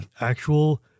actual